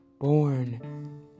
born